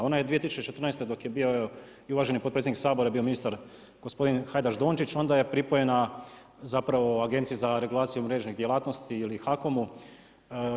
Ona je 2014. dok je bio i uvaženi potpredsjednik Sabora je bio ministar, gospodin Hajdaš-Dončić, onda je pripojena zapravo Agencija za regulaciju mrežnih djelatnosti ili HAKOM-u.